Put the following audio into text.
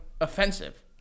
offensive